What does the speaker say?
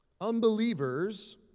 unbelievers